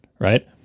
right